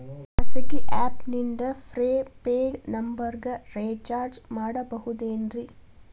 ಖಾಸಗಿ ಆ್ಯಪ್ ನಿಂದ prepaid ನಂಬರಿಗ ರೇಚಾರ್ಜ್ ಮಾಡಬಹುದೇನ್ರಿ?